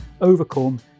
overcome